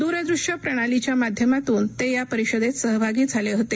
द्रदृश्य प्रणालीच्या माध्यमातून ते या परिषदेत सहभागी झाले होते